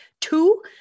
two